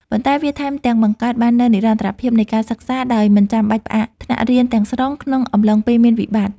ប៉ុន្តែវាថែមទាំងបង្កើតបាននូវនិរន្តរភាពនៃការសិក្សាដោយមិនចាំបាច់ផ្អាកថ្នាក់រៀនទាំងស្រុងក្នុងអំឡុងពេលមានវិបត្តិ។